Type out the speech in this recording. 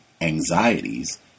anxieties